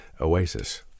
Oasis